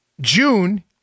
June